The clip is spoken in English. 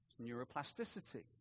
Neuroplasticity